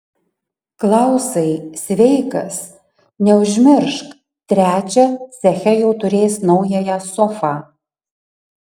klausai sveikas neužmiršk trečią ceche jau turės naująją sofą